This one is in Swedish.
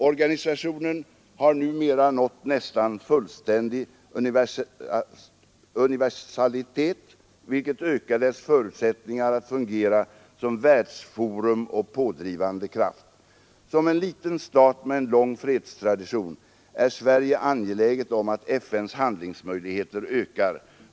Organisationen har numera nått nästan fullständig universalitet, vilket ökar dess förutsättningar att fungera som världsforum och pådrivande kraft. Som en liten stat med en lång fredstradition är Sverige angeläget om att FN:s handlingsmöjligheter ökar.